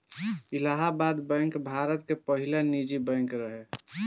Allahabad bank Bharat के पहिला निजी बैंक रहे